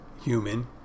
human